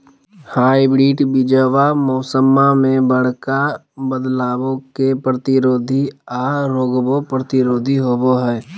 hybrid बीजावा मौसम्मा मे बडका बदलाबो के प्रतिरोधी आ रोगबो प्रतिरोधी होबो हई